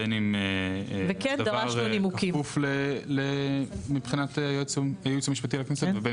בין אם הדבר כפוף מבחינת הייעוץ המשפטי לכנסת ובין